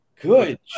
Good